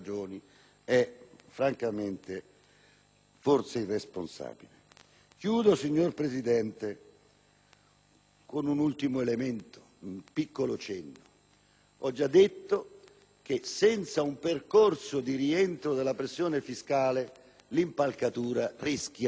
è irresponsabile. Termino, signora Presidente, facendo un piccolo cenno. Ho già detto che, senza un percorso di rientro della pressione fiscale, l'impalcatura rischia di essere pericolosa e di non reggere.